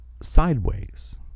sideways